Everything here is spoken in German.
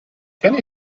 kenne